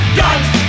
guns